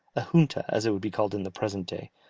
a junta, as it would be called in the present day,